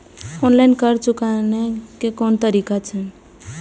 Online कर्ज चुकाने के कोन तरीका छै?